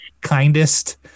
kindest